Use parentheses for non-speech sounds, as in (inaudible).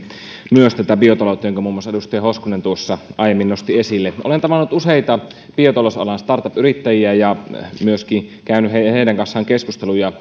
myös biotaloutta jonka muun muassa edustaja hoskonen tuossa aiemmin nosti esille olen tavannut useita biotalousalan startup yrittäjiä ja myöskin käynyt heidän kanssaan keskusteluja (unintelligible)